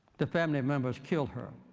the family members kill her,